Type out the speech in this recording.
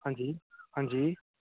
हां जी हां जी